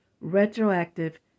retroactive